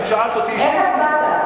אם שאלת אותי, איך הצבעת?